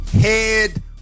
head